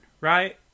right